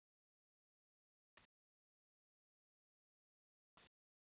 اچھا ٹھیٖک تہٕ بیٚیہِ چھا کینٛہہ نوٚو فون آمُت آز مارکیٹَس منٛز